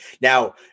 now